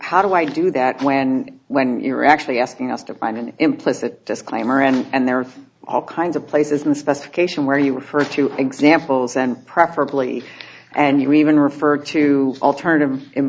how do i do that when when you're actually asking us to find an implicit disclaimer and there are all kinds of places in the specification where you refer to examples and preferably and you even refer to alternative